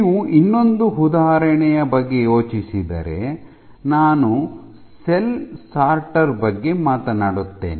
ನೀವು ಇನ್ನೊಂದು ಉದಾಹರಣೆಯ ಬಗ್ಗೆ ಯೋಚಿಸಿದರೆ ನಾನು ಸೆಲ್ ಸಾರ್ಟರ್ ಬಗ್ಗೆ ಮಾತನಾಡುತ್ತೇನೆ